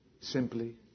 Simply